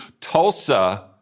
Tulsa